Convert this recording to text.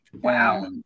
wow